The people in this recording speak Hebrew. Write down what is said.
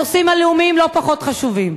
הנושאים הלאומיים לא פחות חשובים,